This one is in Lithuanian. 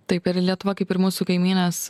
taip ir lietuva kaip ir mūsų kaimynės